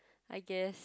I guess